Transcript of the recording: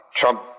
Trump